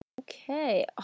Okay